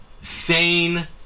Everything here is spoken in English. sane